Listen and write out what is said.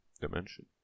dimension